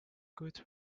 good